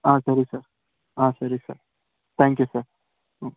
ಹಾಂ ಸರಿ ಸರ್ ಹಾಂ ಸರಿ ಸರ್ ತ್ಯಾಂಕ್ ಯು ಸರ್ ಹಾಂ